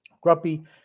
Grumpy